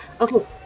okay